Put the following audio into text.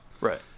Right